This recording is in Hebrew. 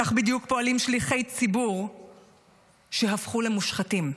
כך בדיוק פועלים שליחי ציבור שהפכו למושחתים.